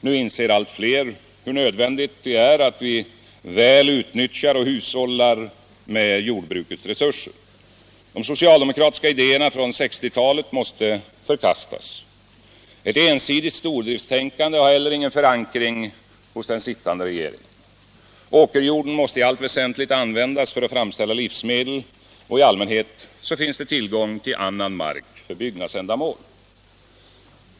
Nu inser allt fler hur nödvändigt det är att vi väl utnyttjar och hushållar med jordbrukets resurser. De socialdemokratiska idéerna från 1960-talet måste förkastas. Ett ensidigt stordriftstänkande har heller ingen förankring hos den sittande regeringen. Åkerjorden måste i allt väsentligt användas för att framställa livsmedel. I allmänhet finns det tillgång till annan mark för byggnadsändamål.